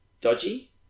dodgy